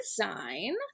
design